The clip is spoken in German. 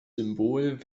symbol